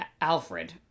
Alfred